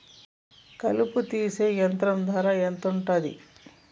కలుపు తీసే యంత్రం ధర ఎంతుటది?